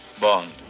Bond